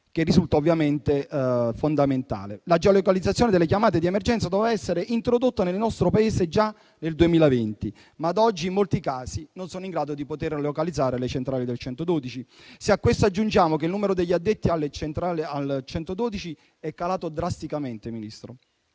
che risulta ovviamente fondamentale. La geolocalizzazione delle chiamate di emergenza doveva essere introdotta nel nostro Paese già nel 2020, ma ad oggi, in molti casi, le centrali del 112 non sono in grado di utilizzarla. Se a questo aggiungiamo che il numero degli addetti al 112 è calato drasticamente, Ministro,